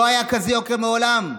לא היה כזה יוקר מעולם.